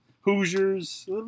Hoosiers